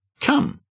Come